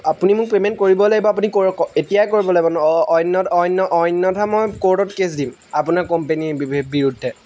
আপুনি মোক পে'মেণ্ট কৰিব লাগিবই আপুনি এতিয়াই কৰিব লাগিব অন্য অন্য অন্যথা মই ক'ৰ্টত কেছ দিম আপোনাৰ কোম্পেনীৰ বিৰুদ্ধে